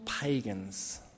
pagans